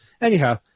Anyhow